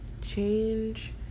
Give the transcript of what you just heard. change